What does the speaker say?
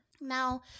Now